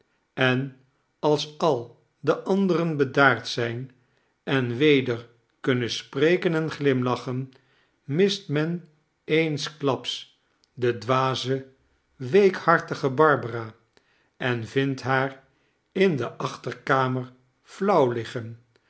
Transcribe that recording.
en als al de anderen bedaard zijn en weder kunnen spreken en glimlachen mist men eensklaps de dwaze weekhartige barbara en vindt haar in de achterkamer flauw liggen